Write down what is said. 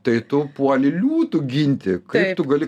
tai tu puoli liūtu ginti kaip tu gali